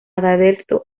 adalberto